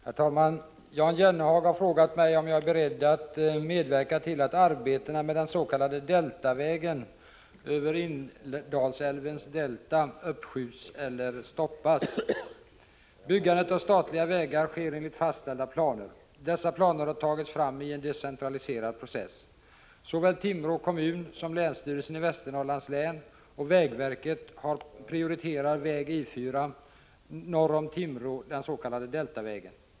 Herr talman! Jan Jennehag har frågat mig om jag är beredd att medverka till att arbetena med den s.k. Deltavägen — över Indalsälvens delta — uppskjuts eller stoppas. Byggandet av statliga vägar sker enligt fastställda planer. Dessa planer har tagits fram i en decentraliserad process. Såväl Timrå kommun som länsstyrelsen i Västernorrlands län och vägverket prioriterar väg E 4 norr om Timrå, den s.k. Deltavägen.